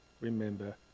remember